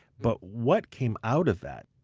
but what came out of that,